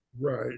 Right